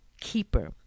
keeper